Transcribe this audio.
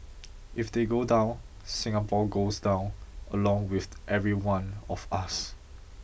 if they go down Singapore goes down along with every one of us